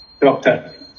Doctor